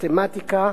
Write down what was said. מתמטיקה,